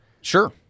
Sure